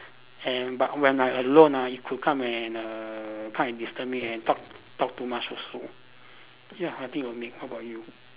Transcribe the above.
and but when I'm alone ah it could come and err come and disturb me and talk talk too much also ya I think I will make how about you